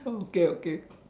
okay okay